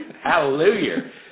Hallelujah